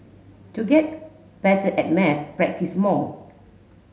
to get better at maths practise more